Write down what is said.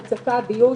ביוש,